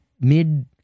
mid